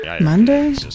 Monday